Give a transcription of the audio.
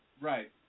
Right